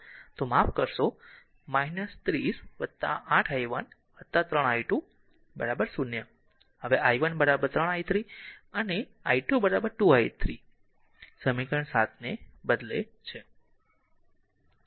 તેથી માફ કરશો 30 8 i 1 3 i2 0 હવે i 1 3 i 3 અને i2 2 i 3 સમીકરણ 7 ને બદલે છે